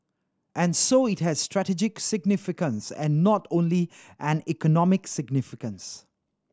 and so it has strategic significance and not only an economic significance